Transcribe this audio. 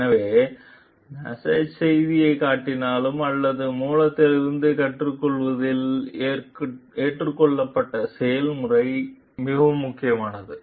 எனவே மசாஜ் செய்தியைக் காட்டிலும் அந்த மூலத்திலிருந்து கற்றுக்கொள்வதில் ஏற்றுக்கொள்ளப்பட்ட செயல்முறை மிகவும் முக்கியமானது